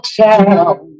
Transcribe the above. town